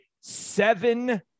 seven